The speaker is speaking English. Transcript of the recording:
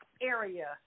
area